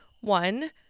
one